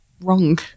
wrong